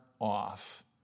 off